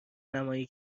نمایی